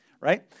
right